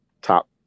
top